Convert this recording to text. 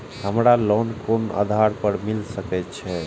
हमरा लोन कोन आधार पर मिल सके छे?